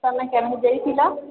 ତମେ କେମିତି ଯାଇଥିଲ